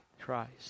Christ